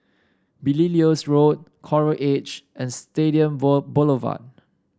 Belilios Road Coral Edge and Stadium Boulevard